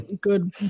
good